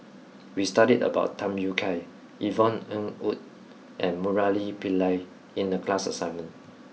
we studied about Tham Yui Kai Yvonne Ng Uhde and Murali Pillai in the class assignment